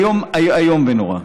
איום ונורא.